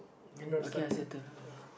uh okay I settle lah okay